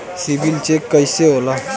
CIBIL check कइसे होला?